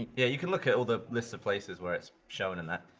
yeah you can look at all the lists of places where it's shown in that